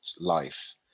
life